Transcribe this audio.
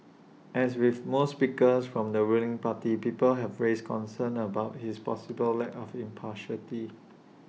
as with most speakers from the ruling party people have raised concerns about his possible lack of impartiality